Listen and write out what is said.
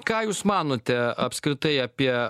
ką jūs manote apskritai apie